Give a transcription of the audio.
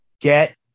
get